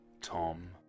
Tom